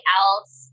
else